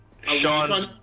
Sean